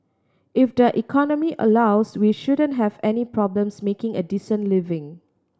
if the economy allows we shouldn't have any problems making a decent living